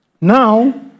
Now